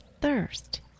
thirst